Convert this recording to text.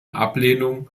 ablehnung